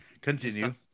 Continue